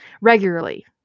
regularly